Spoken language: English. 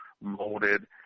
molded